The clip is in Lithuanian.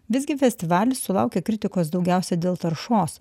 visgi festivalis sulaukė kritikos daugiausia dėl taršos